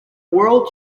world